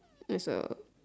there's a